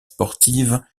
sportive